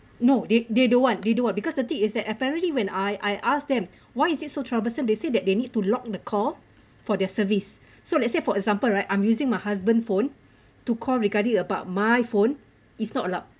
no they they don't want they don't want because the thing is that apparently when I I ask them why is it so troublesome they say that they need to lock the call for their service so let's say for example right I'm using my husband phone to call regarding about my phone is not allowed